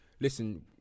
listen